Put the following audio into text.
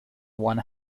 one